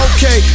Okay